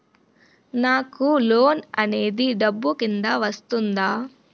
నాకు లోన్ అనేది డబ్బు కిందా వస్తుందా?